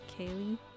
Kaylee